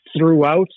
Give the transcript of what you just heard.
throughout